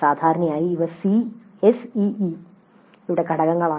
സാധാരണയായി ഇവ SEE യുടെ ഘടകങ്ങളാണ്